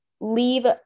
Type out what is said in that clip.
leave